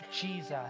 Jesus